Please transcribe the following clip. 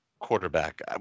quarterback